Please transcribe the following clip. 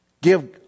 Give